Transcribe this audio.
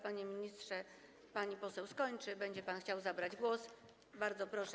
Panie ministrze, pani poseł skończy, będzie pan chciał zabrać głos, to bardzo proszę.